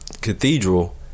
cathedral